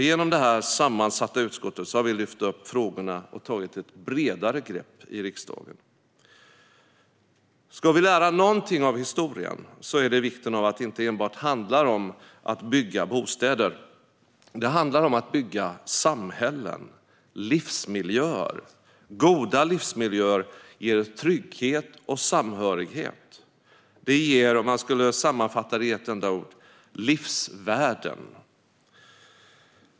Genom detta sammansatta utskott har vi lyft upp frågorna och tagit ett bredare grepp i riksdagen. Ska vi lära någonting av historien är det vikten av att det inte enbart handlar om att bygga bostäder. Det handlar om att bygga samhällen och livsmiljöer. Goda livsmiljöer ger trygghet och samhörighet. Det ger livsvärden, om jag ska sammanfatta det i ett enda ord.